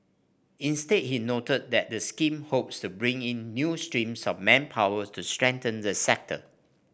instead he noted that the scheme hopes to bring in new streams of manpower to strengthen the sector